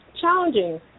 challenging